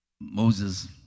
Moses